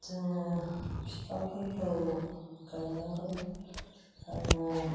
जोङो बिफांफोरखौ गायनांगौ आङो